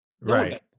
Right